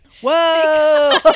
Whoa